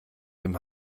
dem